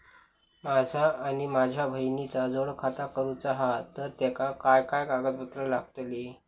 माझा आणि माझ्या बहिणीचा जोड खाता करूचा हा तर तेका काय काय कागदपत्र लागतली?